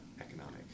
economic